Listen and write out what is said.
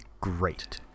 great